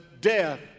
death